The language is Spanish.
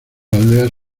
aldeas